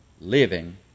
living